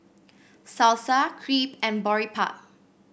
Salsa Crepe and Boribap